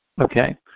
Okay